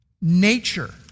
nature